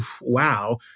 wow